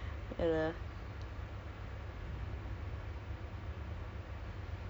!wah! last warning sia I feel I feel like the whole situation is just